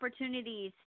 opportunities